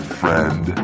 friend